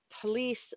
police